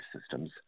systems